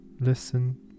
Listen